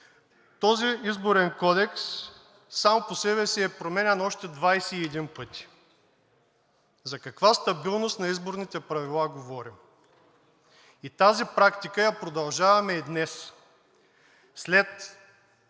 Този Изборен кодекс сам по себе си е променян още 21 пъти. За каква стабилност на изборните правила говорим? Тази практика я продължаваме и днес след